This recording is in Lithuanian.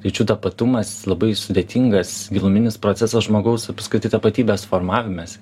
lyčių tapatumas labai sudėtingas giluminis procesas žmogaus apskritai tapatybės formavimesi